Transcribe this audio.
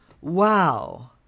Wow